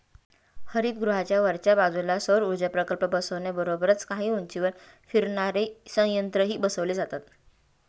हरितगृहाच्या वरच्या बाजूला सौरऊर्जा प्रकल्प बसवण्याबरोबरच काही उंचीवर फिरणारे संयंत्रही बसवले जातात